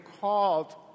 called